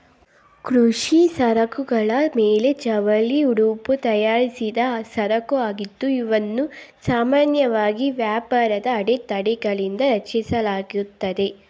ಕೃಷಿ ಸರಕುಗಳ ಮೇಲೆ ಜವಳಿ ಉಡುಪು ತಯಾರಿಸಿದ್ದ ಸರಕುಆಗಿದ್ದು ಇವನ್ನು ಸಾಮಾನ್ಯವಾಗಿ ವ್ಯಾಪಾರದ ಅಡೆತಡೆಗಳಿಂದ ರಕ್ಷಿಸಲಾಗುತ್ತೆ